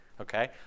Okay